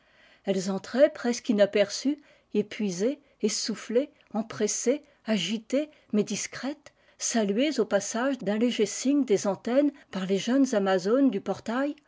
elles entraient presque inaperçues épuisées essoufflées empressées agitées mais discrètes saluées au passage d'un léger signe des antennes par les jeunes amazones du portail